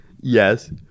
Yes